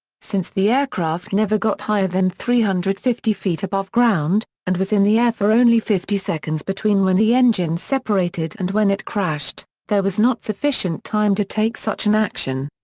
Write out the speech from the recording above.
since the aircraft never got higher than three hundred and fifty feet above ground, and was in the air for only fifty seconds between when the engine separated and when it crashed, there was not sufficient time to take such an action.